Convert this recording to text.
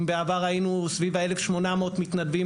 אם בעבר היינו סביב 1,800 מתנדבים,